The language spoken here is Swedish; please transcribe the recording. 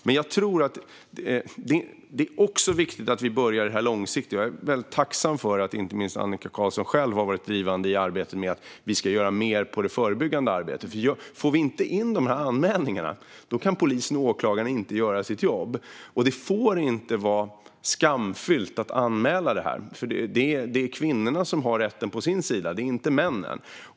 Det är också viktigt att vi börjar med det långsiktiga. Jag är tacksam för att inte minst Annika Qarlsson själv har varit drivande i arbetet med att vi ska göra mer förebyggande arbete. Om vi inte får in anmälningar kan polisen och åklagaren inte göra sitt jobb. Det får inte vara skamfyllt att anmäla detta. Det är kvinnorna som har rätten på sin sida; det är inte männen.